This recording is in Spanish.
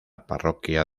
parroquia